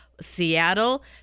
Seattle